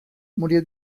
murió